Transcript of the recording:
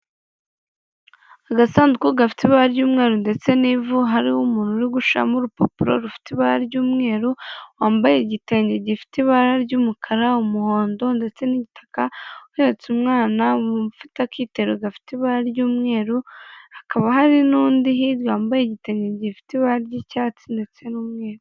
Agasanduku gafite ibara ry'umweru ndetse n'ivu; hari umuntu uri gushamo urupapuro rufite ibara ry'umweru; wambaye igitenge gifite ibara ry'umukara, umuhondo ndetse n'igitaka; uhetse umwana, ufite akitero gafite ibara ry'umweru; hakaba hari n'undi hirya wambaye igitenge gifite ibara ry'icyatsi ndetse n'umweru.